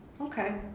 Okay